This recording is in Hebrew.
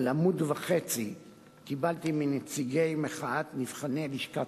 על עמוד וחצי קיבלתי מנציגי מחאת נבחני לשכת